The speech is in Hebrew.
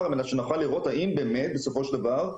כדי לראות האם באמת בסופו של דבר,